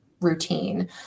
routine